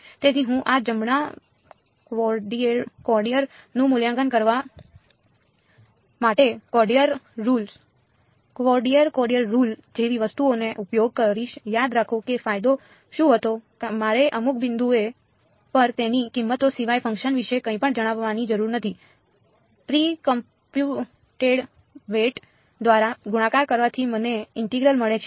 તેથી હું આ જમણા ક્વોડરેચર નું મૂલ્યાંકન કરવા માટે ક્વોડરેચર ક્વોડરેચર રુલ દ્વારા ગુણાકાર કરવાથી મને ઇન્ટિગ્રલ મળે છે